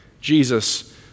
Jesus